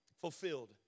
fulfilled